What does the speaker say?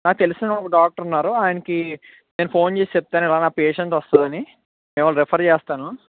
నాకు తెలిసిన ఒక డాక్టర్ ఉన్నారు ఆయనకి నేను ఫోన్ చేసి చెప్తాను ఇలా నా పేషెంట్ వస్తుందని మిమ్మలని రిఫర్ చేస్తాను